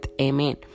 amen